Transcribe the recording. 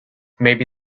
maybe